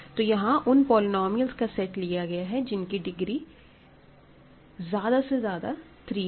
तो यहां उन पॉलिनॉमियल्स का सेट लिया गया जिनकी डिग्री ज्यादा से ज्यादा 3 है